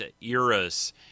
eras